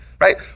right